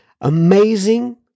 amazing